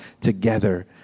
together